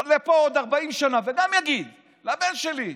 עוד 40 שנה, וגם יגיד לבן שלי,